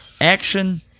Action